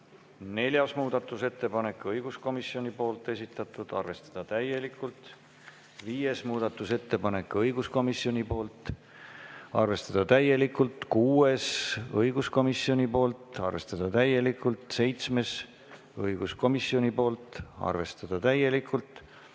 Neljas muudatusettepanek, õiguskomisjoni esitatud, arvestada täielikult. Viies muudatusettepanek, õiguskomisjonilt, arvestada täielikult. Kuues, õiguskomisjonilt, arvestada täielikult. Seitsmes, õiguskomisjonilt, arvestada täielikult.